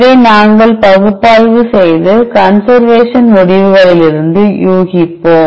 இதை நாங்கள் பகுப்பாய்வு செய்து கன்சர்வேஷன் முடிவுகளிலிருந்து ஊகிப்போம்